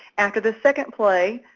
after the second play,